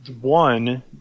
one